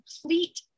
complete